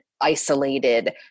isolated